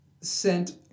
sent